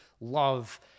love